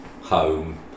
home